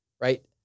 right